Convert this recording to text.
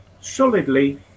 solidly